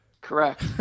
Correct